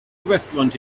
restaurant